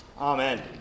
Amen